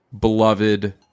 beloved